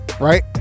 right